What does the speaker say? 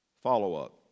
follow-up